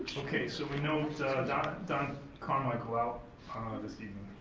okay, so we know don carmichael out this evening,